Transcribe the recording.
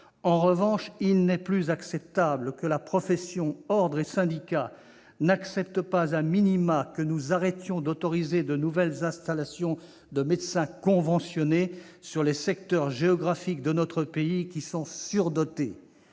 En revanche, il n'est plus acceptable que profession, Ordre et syndicats n'acceptent pas que nous arrêtions d'autoriser de nouvelles installations de médecins conventionnés dans les secteurs géographiques de notre pays qui sont surdotés.